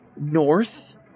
north